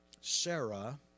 Sarah